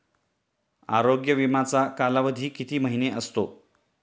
आरोग्य विमाचा कालावधी किती महिने असतो?